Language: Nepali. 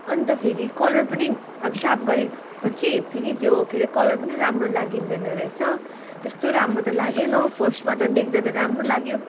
अन्त फेरि कलर पनि अब सार्प गरेपछि फेरि त्यो के अरे कलर पनि राम्रो लाग्दैन रहेछ त्यस्तो राम्रो त लागेन हौ फर्स्टमा त देख्दा त राम्रो लाग्यो